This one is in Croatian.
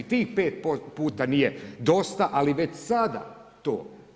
Ni tih 5 puta nije dosta, ali već sada to.